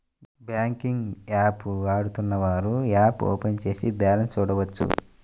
banking app వాడుతున్నవారు app open చేసి balance చూడొచ్చు